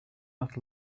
not